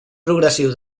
progressiu